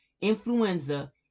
influenza